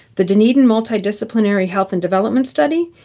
the dunedin multidisciplinary health and development study,